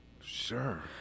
Sure